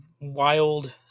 wild